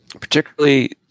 particularly